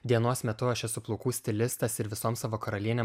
dienos metu aš esu plaukų stilistas ir visom savo karalienėm